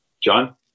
john